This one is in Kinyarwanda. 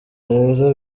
rero